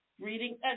reading